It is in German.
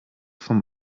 vom